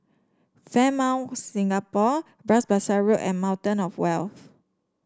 Fairmont Singapore Bras Basah Road and Fountain Of Wealth